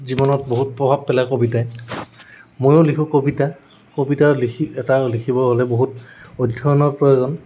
জীৱনত বহুত প্ৰভাৱ পেলায় কবিতাই ময়ো লিখোঁ কবিতা কবিতা লিখি এটা লিখিব গ'লে বহুত অধ্যয়নৰ প্ৰয়োজন